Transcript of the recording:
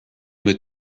with